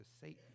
Satan